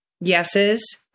yeses